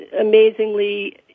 amazingly